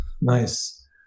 Nice